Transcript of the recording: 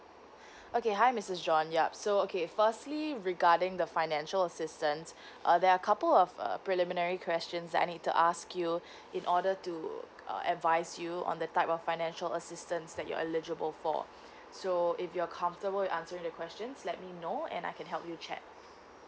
okay hi mister John yup so okay firstly regarding the financial assistance uh there are couple of uh preliminary questions I need to ask you in order to uh advise you on the type of financial assistance that you're eligible for so if you're comfortable in answering the questions let me know and I can help you check